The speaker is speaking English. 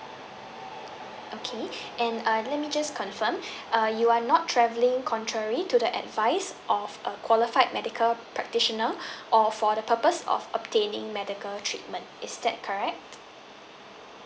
okay and uh let me just confirm uh you are not travelling contrary to the advice of a qualified medical practitioner or for the purpose of obtaining medical treatment is that correct